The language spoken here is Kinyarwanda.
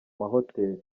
mahoteli